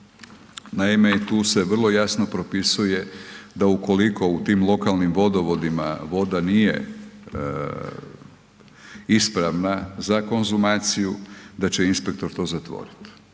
naime i tu se vrlo jasno propisuje da ukoliko u tim lokalnim vodovodima, voda nije ispravna za konzumaciju da će inspektor to zatvorit.